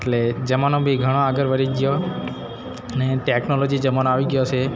એટલે જમાનો બી ઘણો આગળ વધી ગયો ને ટેક્નોલોજી જમાનો આવી ગયો છે